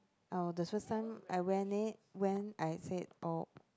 oh the first time I went it when I say oh